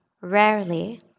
rarely